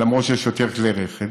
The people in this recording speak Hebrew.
אפילו שיש יותר כלי רכב?